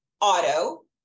auto